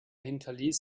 hinterließ